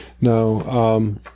no